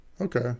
Okay